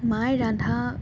মাই ৰান্ধা